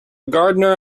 gardener